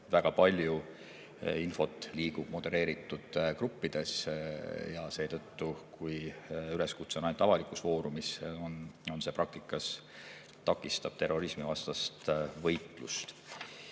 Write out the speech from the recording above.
väga palju infot liigub modereeritud gruppides ja kui üleskutse saab olla ainult avalikus foorumis, siis see praktikas takistab terrorismivastast võitlust.